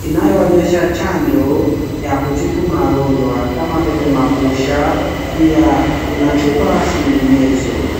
inayoonyesha chanjo ya kutibu magonjwa kama vile mapusha, pia kuna chupa zinginezo.